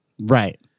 Right